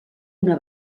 una